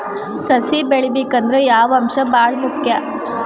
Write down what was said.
ಸಸಿ ಬೆಳಿಬೇಕಂದ್ರ ಯಾವ ಅಂಶ ಭಾಳ ಮುಖ್ಯ?